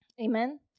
Amen